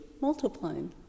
multiplying